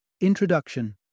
Introduction